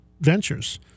ventures